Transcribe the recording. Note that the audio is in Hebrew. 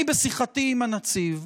אני, בשיחתי עם הנציב,